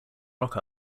rock